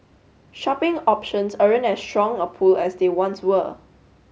shopping options aren't as strong a pull as they once were